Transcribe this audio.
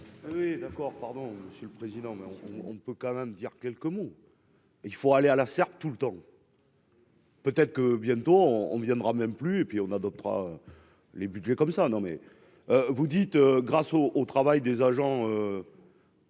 Oui, d'accord, pardon, Monsieur le Président, mais on on. Faut quand même dire quelques mots. Il faut aller à la serpe tout le temps. Peut être que bientôt on viendra même plus et puis on adoptera les Budgets comme ça, non mais vous dites grâce au au travail des agents.